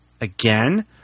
again